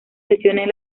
sesiones